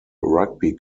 rugby